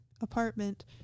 apartment